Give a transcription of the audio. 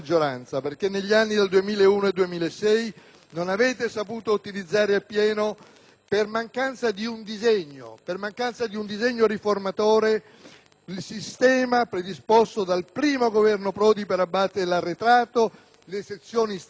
per mancanza di un disegno riformatore, il sistema predisposto dal primo Governo Prodi per abbattere l'arretrato: le sezioni stralcio, i tribunali monocratici, la revisione delle circoscrizioni e i magistrati onorari.